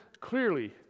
clearly